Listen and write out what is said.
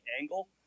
angle